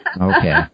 Okay